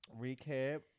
Recap